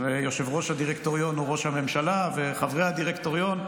ויושב-ראש הדירקטוריון הוא ראש הממשלה וחברי הדירקטוריון,